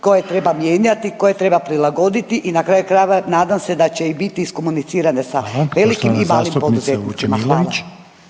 koje treba mijenjati, koje treba prilagoditi i na kraju krajeva nadam se da će biti i iskomunicirane sa velikim i malim poduzetnicima. Hvala.